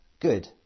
Good